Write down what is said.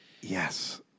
Yes